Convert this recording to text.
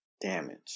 Damage